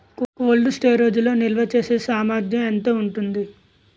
Cold storage లో నిల్వచేసేసామర్థ్యం ఎంత ఉంటుంది?